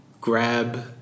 grab